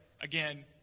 Again